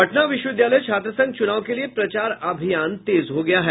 पटना विश्वविद्यालय छात्रसंघ चुनाव के लिये प्रचार अभियान तेज हो गया है